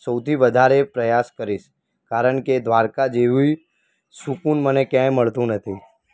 સૌથી વધારે પ્રયાસ કરીશ કારણ કે દ્વારકા જેવી સુકૂન મને ક્યાંય મળતું નથી